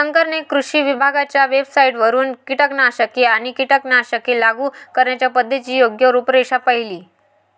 शंकरने कृषी विभागाच्या वेबसाइटवरून कीटकनाशके आणि कीटकनाशके लागू करण्याच्या पद्धतीची योग्य रूपरेषा पाहिली